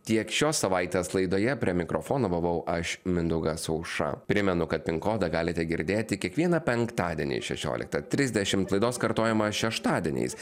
tiek šios savaitės laidoje prie mikrofono buvau aš mindaugas auša primenu kad pin kodą galite girdėti kiekvieną penktadienį šešioliktą trisdešimt laidos kartojimas šeštadieniais